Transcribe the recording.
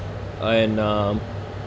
uh and uh